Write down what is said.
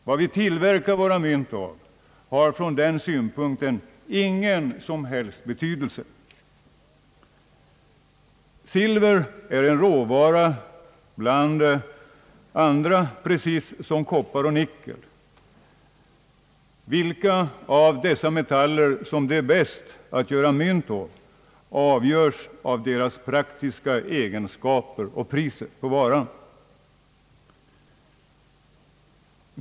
Vad vi tillverkar våra mynt av, har från den synpunkten ingen som helst betydelse. Silver är en råvara bland andra, precis som koppar och nickel, Vilka av dessa metaller som lämpar sig bäst för mynttillverkning avgörs av deras praktiska egenskaper och priset på varan.